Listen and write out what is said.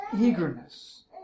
eagerness